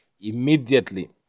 immediately